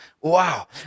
Wow